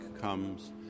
comes